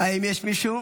האם יש מישהו?